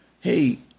hey